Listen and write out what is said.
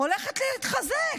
הולכת להתחזק.